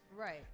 Right